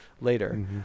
later